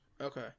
Okay